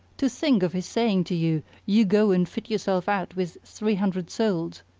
to think of his saying to you you go and fit yourself out with three hundred souls,